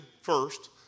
first